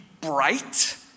bright